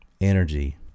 energy